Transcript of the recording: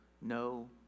no